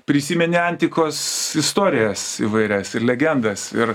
prisimeni antikos istorijas įvairias ir legendas ir